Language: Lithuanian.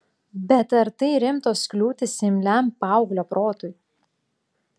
bet ar tai rimtos kliūtys imliam paauglio protui